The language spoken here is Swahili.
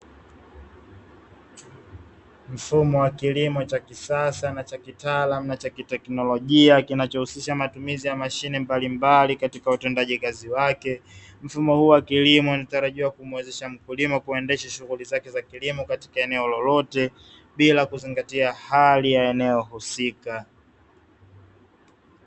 Mfumo wa kilimo cha kisasa na cha kitaalamu na cha kiteknolojia, kinachohusisha matumizi ya mashine mbalimbali katika utendaji kazi wake. Mfumo huu wa kilimo unatarajiwa kumwezesha mkulima kuendesha shughuli zake za kilimo katika eneo lolote, bila kuzingatia hali ya eneo husika.